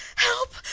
help!